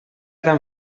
tan